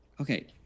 Okay